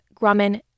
Grumman